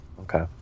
Okay